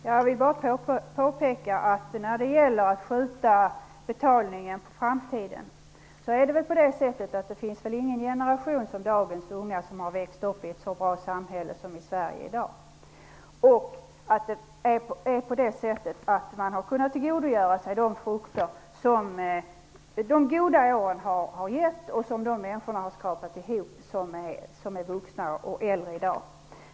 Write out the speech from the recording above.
Herr talman! Jag vill bara när det gäller uttalandet om att skjuta betalningen på framtiden påpeka att det väl inte finns någon annan generation än dagens unga som har vuxit upp i ett så bra samhälle som Sverige är i dag. Man har kunnat tillgodogöra sig de frukter som de goda åren har gett och som de människor som är vuxna och äldre i dag har skrapat ihop.